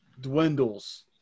dwindles